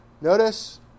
Notice